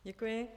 Děkuji.